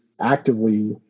actively